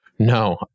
No